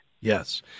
Yes